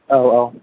औ औ